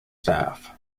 staff